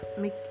make